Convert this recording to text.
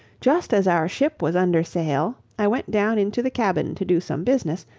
just as our ship was under sail, i went down into the cabin to do some business,